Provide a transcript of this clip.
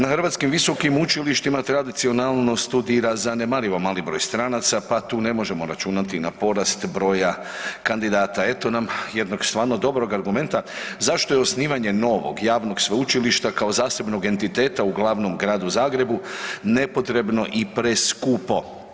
Na hrvatskim visokim učilištima tradicionalno studira zanemarivo mali broj stranaca pa tu ne možemo računati na porast broja kandidata.“ Eto nam jedno stvarno dobrog argumenta zašto je osnivanje novog javnog sveučilišta kao zasebnog entiteta u glavnom gradu Zagrebu nepotrebno i preskupo.